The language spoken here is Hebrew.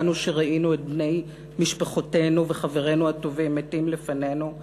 אנו שראינו את בני משפחותינו וחברינו הטובים מתים לפנינו,